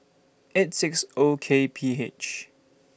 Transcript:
eight six O K P H